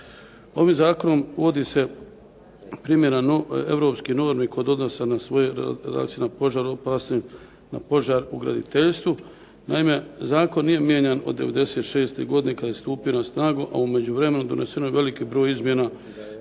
Ovim zakonom uvodi se primjena europskih normi kod .../Govornik se ne razumije/... na požar u graditeljstvu. Naime, zakon nije mijenjan od '96. godine kad je stupio na snagu, a u međuvremenu doneseno je veliki broj izmjena,